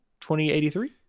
2083